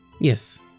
Yes